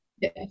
Yes